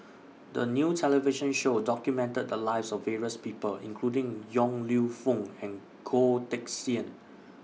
The New television Show documented The Lives of various People including Yong Lew Foong and Goh Teck Sian